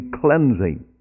cleansing